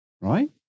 right